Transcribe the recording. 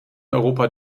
europa